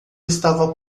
estava